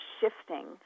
shifting